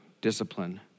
discipline